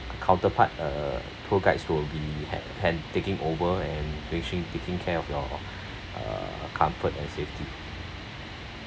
counterpart err tour guides will be hand~ hand~ taking over and taking care of your uh comfort and safety